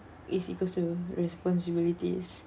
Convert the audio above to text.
is equals to responsibilities